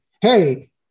Hey